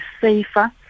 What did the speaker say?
safer